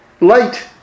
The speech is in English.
light